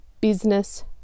business